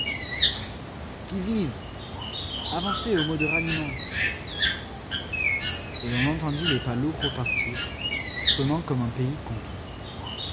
qui vive avancez au mot de ralliement et l'on entendit les pas lourds repartir sonnant comme en pays conquis